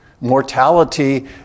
mortality